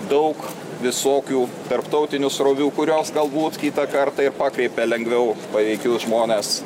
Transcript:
daug visokių tarptautinių srovių kurios galbūt kitą kartą ir pakreipia lengviau paveikius žmones